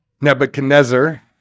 Nebuchadnezzar